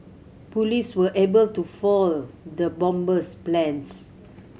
police were able to foil the bomber's plans